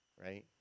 right